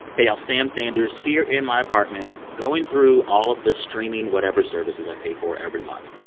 hey, y'all. sam sanders here in my apartment, going through all of the streaming-whatever services i pay for every month.